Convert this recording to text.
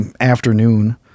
afternoon